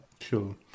Sure